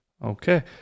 Okay